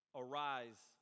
arise